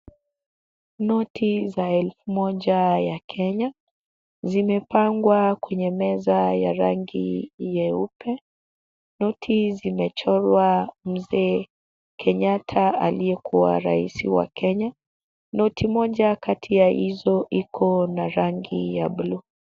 Noti za elfu moja ya Kenya. Zimepangwa kwenye meza ya rangi nyeupe. Noti zimechorwa mzee Kenyatta aliyekuwa rais wa Kenya. Noti moja kati ya hizo iko na rangi ya blue .